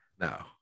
No